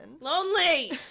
Lonely